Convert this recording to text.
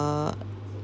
uh